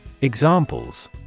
Examples